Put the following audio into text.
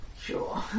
Sure